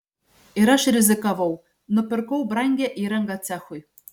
ir aš rizikavau nupirkau brangią įrangą cechui